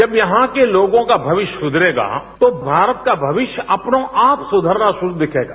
जब यहां के लोगों का भविष्य सुधरेगा तो भारत का भविष्य अपने आप सुधरता दिखेगा